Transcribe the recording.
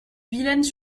villennes